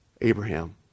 Abraham